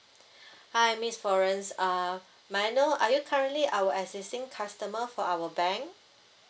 hi miss florence uh may I know are you currently our existing customer for our bank